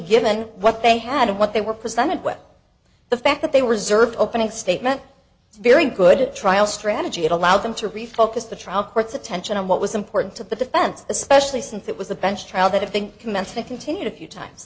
given what they had of what they were presented with the fact that they reserved opening statement very good trial strategy it allowed them to refocus the trial court's attention on what was important to the defense especially since it was a bench trial that if they commenced to continue to a few times